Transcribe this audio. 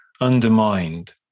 undermined